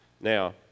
Now